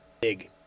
big